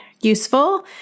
useful